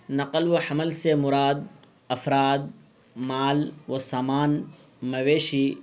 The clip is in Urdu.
نقل و حمل سے مراد افراد مال و سامان مویشی